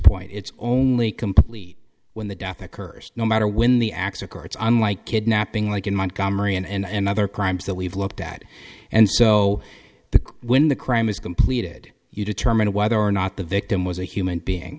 point it's only complete when the death occurs no matter when the acts of courts unlike kidnapping like in montgomery and other crimes that we've looked at and so the when the crime is completed you determine whether or not the victim was a human being